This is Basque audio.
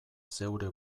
zeure